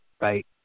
right